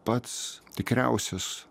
pats tikriausias